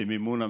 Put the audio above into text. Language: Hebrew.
במימון המשרד.